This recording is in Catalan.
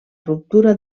ruptura